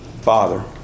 father